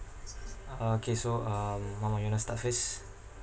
okay so um mama you want to start first